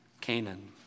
Canaan